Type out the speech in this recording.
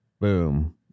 boom